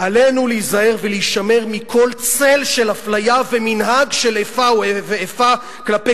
"עלינו להיזהר ולהישמר מכל צל של אפליה ומנהג של איפה ואיפה כלפי